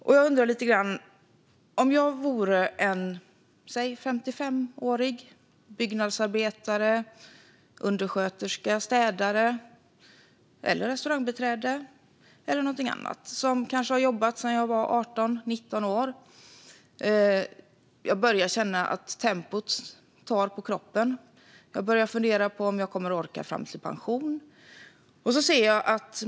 Låt oss säga att jag är 55 år och byggnadsarbetare, undersköterska, städare, restaurangbiträde eller något annat. Jag har jobbat sedan jag var 18-19 år och börjar känna att tempot sliter på kroppen. Nu funderar jag på om jag kommer att orka fram till pensionen.